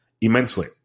immensely